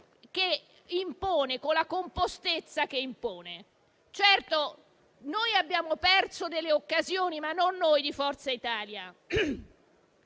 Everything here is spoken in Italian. la dignità e la compostezza che impone. Certo, abbiamo perso delle occasioni. Non noi di Forza Italia.